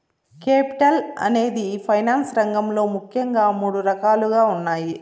capital అనేది finance రంగంలో ముఖ్యంగా మూడు రకాలుగా ఉన్నాయి